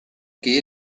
que